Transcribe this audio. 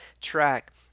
track